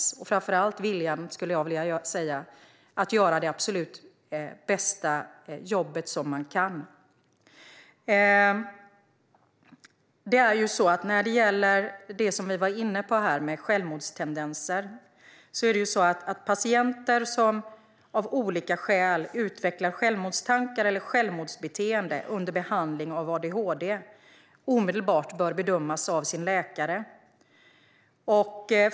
Det gäller framför allt viljan att göra det absolut bästa jobbet de kan. Vi var inne på detta med självmordstendenser. Patienter som av olika skäl utvecklar självmordstankar eller självmordsbeteende under behandling av adhd bör omedelbart bedömas av sin läkare.